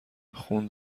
خون